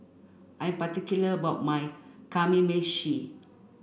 I'm particular about my Kamameshi